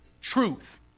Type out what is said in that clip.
Truth